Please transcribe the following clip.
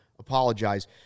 apologize